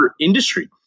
industry